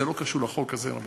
זה לא קשור לחוק הזה, רבותי.